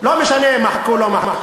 לא משנה אם מחקו או לא מחקו,